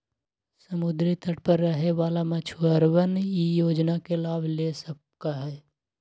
समुद्री तट पर रहे वाला मछुअरवन ई योजना के लाभ ले सका हई